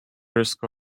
risk